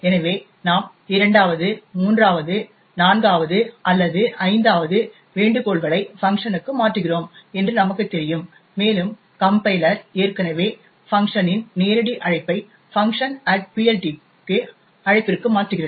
எனவே நாம் 2வது 3வது 4வது அல்லது 5வது வேண்டுகோள்களை ஃபன்க்குக்கு மாற்றுகிறோம் என்று நமக்கு தெரியும் மேலும் கம்பைலர் ஏற்கனவே ஃபன்க் இன் நேரடி அழைப்பை func PLT க்கு அழைப்பிற்கு மாற்றுகிறது